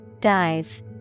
dive